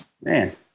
Man